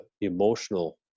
emotional